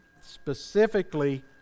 specifically